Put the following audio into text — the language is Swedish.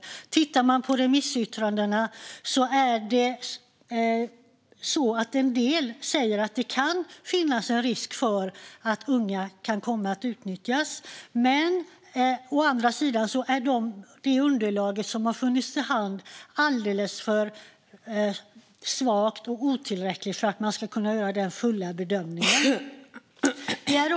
Om man tittar på remissyttrandena ser man att en del säger att det kan finnas en risk för att unga kan komma att utnyttjas, men å andra sidan är det underlag som har funnits till hands alldeles för svagt och otillräckligt för att kunna göra en fullständig bedömning.